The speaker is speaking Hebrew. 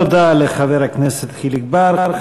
תודה לחבר הכנסת חיליק בר.